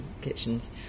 kitchens